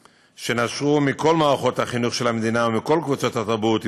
שנשרו מכל מערכות החינוך של המדינה ומכל קבוצות התרבות,